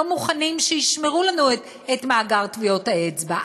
מוכנים שישמרו לנו את מאגר טביעות האצבע,